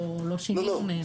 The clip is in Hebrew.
לא שהיא --- לא,